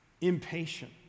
impatient